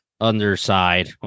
underside